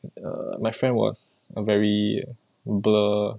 err my friend was a very blur